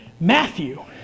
Matthew